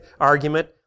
argument